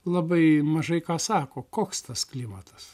labai mažai ką sako koks tas klimatas